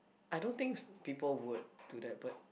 I don't think people would do that but